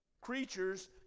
creatures